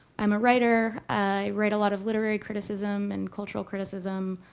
i'm a writer. i write a lot of literary criticism and cultural criticism,